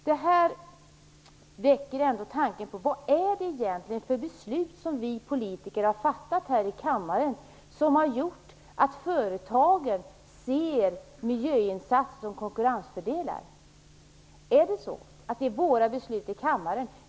Det väcker ändå tanken: Vad är det egentligen för beslut som vi politiker har fattat här i kammaren och som har gjort att företagen ser miljöinsatser som konkurrensfördelar? Är det så att det beror på våra beslut i kammaren?